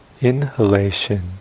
inhalation